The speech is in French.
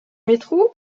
métro